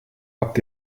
habt